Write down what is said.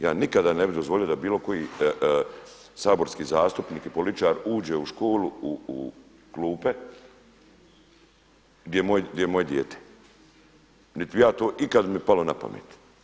Ja nikada ne bih dozvolio da bilo koji saborski zastupnik i političar uđe u školu, u klupe gdje je moje dijete niti bi ja to ikad, bi mi palo na pamet.